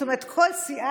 זאת אומרת כל סיעה,